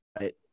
right